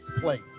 place